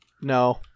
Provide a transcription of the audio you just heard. No